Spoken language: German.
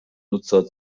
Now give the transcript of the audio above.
nutzer